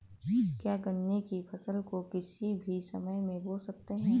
क्या गन्ने की फसल को किसी भी समय बो सकते हैं?